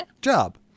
job